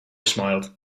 smiled